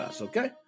Okay